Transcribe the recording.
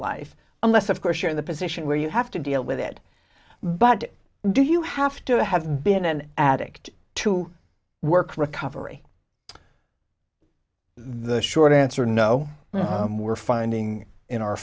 life unless of course you're in the position where you have to deal with it but do you have to have been an addict to work recovery the short answer no we're finding in our